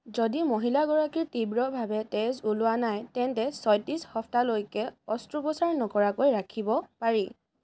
যদি মহিলাগৰাকীৰ তীব্ৰভাৱে তেজ ওলোৱা নাই তেন্তে ছয়ত্ৰিছ সপ্তাহলৈকে অস্ত্ৰোপচাৰ নকৰাকৈ ৰাখিব পাৰি